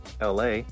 LA